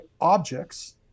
objects